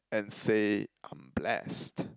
and say I'm blessed